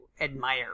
admire